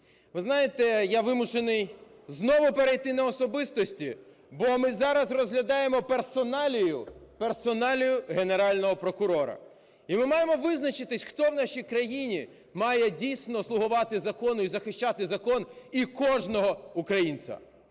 Ви знаєте, я вимушений знову перейти на особистості, бо ми зараз розглядаємо персоналію – персоналію Генерального прокурора. І ми маємо визначитися, хто в нашій країні має дійсно слугувати закону і захищати закон і кожного українця.